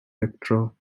pectoral